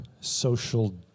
social